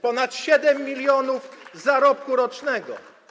Ponad 7 mln zarobku rocznego.